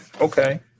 okay